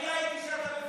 כי אני ראיתי שאתה בפנים.